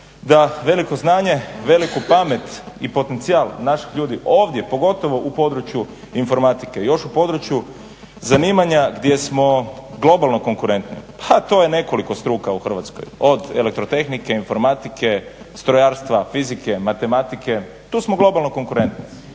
da veliko znanje, veliku pamet i potencijal naših ljudi, ovdje pogotovo u području informatike. Još u području zanimanja gdje smo globalno konkurentni, pa to je nekoliko struka u Hrvatskoj od elektrotehnike, informatike, strojarstva, fizike, matematike, tu smo globalno konkurentni.